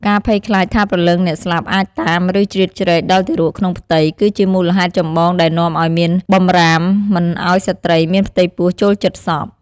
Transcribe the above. ការភ័យខ្លាចថាព្រលឹងអ្នកស្លាប់អាច តាម ឬជ្រៀតជ្រែក ដល់ទារកក្នុងផ្ទៃ គឺជាមូលហេតុចម្បងដែលនាំឲ្យមានបម្រាមមិនឲ្យស្ត្រីមានផ្ទៃពោះចូលជិតសព។